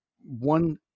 one